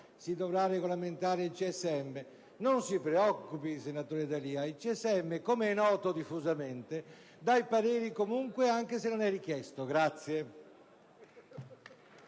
si dovrà regolamentare. Non si preoccupi, senatore D'Alia: il CSM, com'è noto diffusamente, dà i pareri comunque, anche se non gli sono